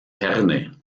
herne